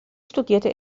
studierte